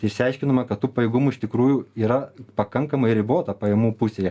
išsiaiškinome kad tų pajėgumų iš tikrųjų yra pakankamai ribota pajamų pusėje